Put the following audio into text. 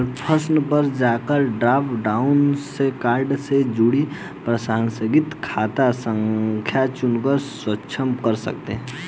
option पर जाकर drop down से कार्ड से जुड़ी प्रासंगिक खाता संख्या चुनकर सक्षम कर सकते है